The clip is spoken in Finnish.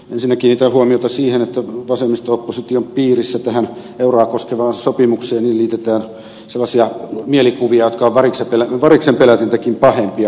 ensinnä kiinnitän huomiota siihen että vasemmisto opposition piirissä tähän euroa koskevaan sopimukseen liitetään sellaisia mielikuvia jotka ovat variksenpelätintäkin pahempia kauhukuvia